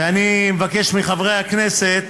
ואני מבקש מחברי הכנסת